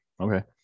okay